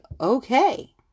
okay